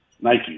Nike